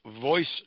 voice